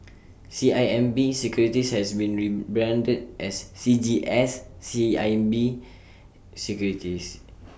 C I M B securities has been rebranded as C G S C I M B securities